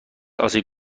آسیب